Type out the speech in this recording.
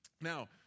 Now